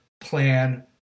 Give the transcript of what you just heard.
plan